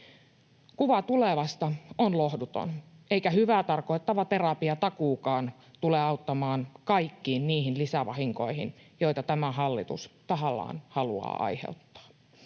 Kuva tulevasta on lohduton, eikä hyvää tarkoittava terapiatakuukaan tule auttamaan kaikkiin niihin lisävahinkoihin, joita tämä hallitus tahallaan haluaa aiheuttaa.